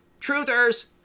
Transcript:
truthers